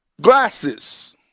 glasses